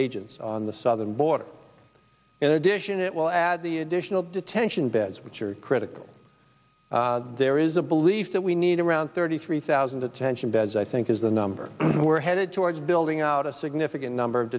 agents on the southern border in addition it will add the additional detention beds which are critical there is a belief that we need around thirty three thousand attention does i think is the number we're headed towards building out a significant number of